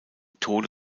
tode